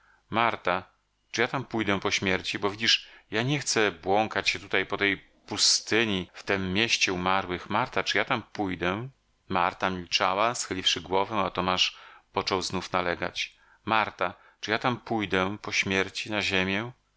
marta czy ja tam pójdę po śmierci bo widzisz ja nie chcę błąkać się tutaj po tej pustyni w tem mieście umarłych marta czy ja tam pójdę marta milczała schyliwszy głowę a tomasz począł znów nalegać marta czy ja tam pójdę po śmierci na ziemię